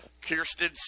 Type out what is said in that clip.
Kirsten